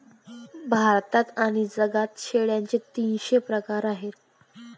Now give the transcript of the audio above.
भारतात आणि जगात शेळ्यांचे तीनशे प्रकार आहेत